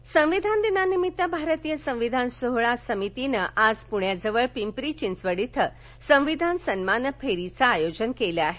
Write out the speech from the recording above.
संविधान दिन संविधान दिनानिमित्त भारतीय संविधान सोहळा समितीनं आज पृण्याजवळ पिंपरी घिंचवड इथं संविधान सन्मान फेरीचं आयोजन केलं आहे